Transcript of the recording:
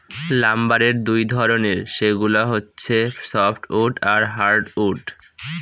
লাম্বারের দুই ধরনের, সেগুলা হচ্ছে সফ্টউড আর হার্ডউড